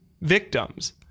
victims